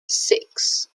six